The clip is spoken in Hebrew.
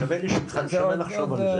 שווה לחשוב על זה.